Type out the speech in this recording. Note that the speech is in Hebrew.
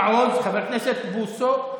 לעם להיות עם סגולה.